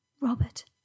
Robert